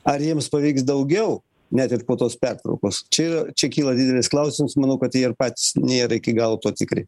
ar jiems pavyks daugiau net ir po tos pertraukos čia yra čia kyla didelis klausimas manau kad jie ir patys nėra iki galo tuo tikri